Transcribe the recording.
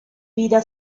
vida